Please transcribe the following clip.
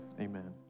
amen